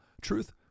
truth